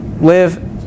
live